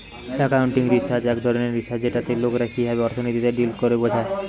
accounting research এক ধরণের research যেটাতে লোকরা কিভাবে অর্থনীতিতে ডিল করে বোঝা